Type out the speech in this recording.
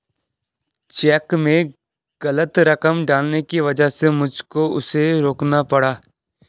check में गलत रकम डालने की वजह से मुझको उसे रोकना पड़ा